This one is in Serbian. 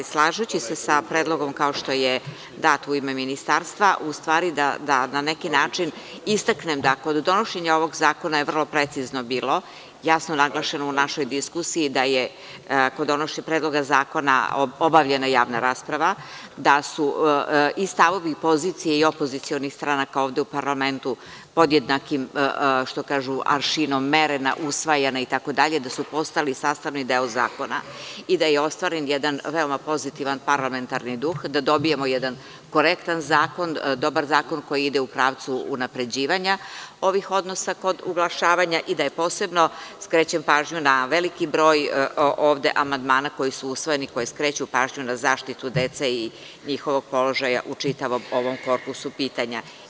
Slažući se sa predlogom kao što je dat u ime ministarstva, u stvari da na neki način istaknem da kod donošenja ovog zakona je vrlo precizno bilo, jasno naglašeno u našoj diskusiji da je kod donošenja Predloga zakona obavljena javna rasprava, da su i stavovi pozicije i opozicionih stranaka u ovom parlamentu podjednakim aršinom merena, usvajana itd. i da su postali sastavni deo zakona i da je ostvaren jedan veoma pozitivan parlamentarni duh da dobijemo jedan korektan zakon, dobar zakon koji ide u pravcu unapređivanja ovih odnosa kod oglašavanja i posebno skrećem pažnju na veliki broj amandmana koji su usvojeni, koji skreću pažnju na zaštitu dece i njihovog položaja u čitavom ovom korpusu pitanja.